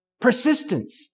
Persistence